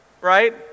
Right